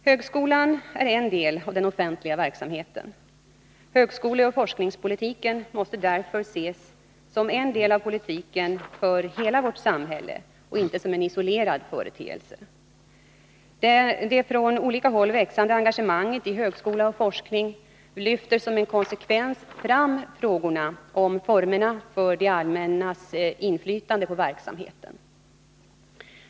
Högskolan är en del av den offentliga verksamheten. Högskoleoch forskningspolitiken måste därför ses som en del av politiken för hela vårt samhälle och inte som en isolerad företeelse. Det från olika håll växande engagemanget i högskola och forskning lyfter som en konsekvens fram frågorna om former för det allmännas inflytande på verksamheten.